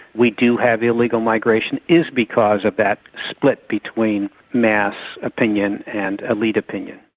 we do have illegal migration, is because of that split between mass opinion and elite opinion.